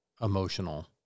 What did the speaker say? emotional